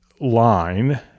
line